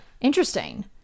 interesting